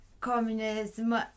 communism